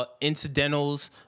incidentals